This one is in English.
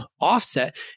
offset